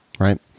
Right